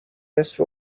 نصف